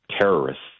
terrorists